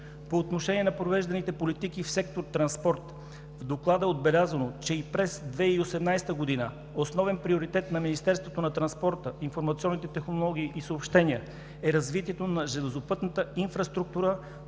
По отношение на провежданите политики в сектор „Транспорт“ в Доклада е отбелязано, че и през 2018 г. основен приоритет на Министерството на транспорта, информационните технологии и съобщенията е развитието на железопътната инфраструктура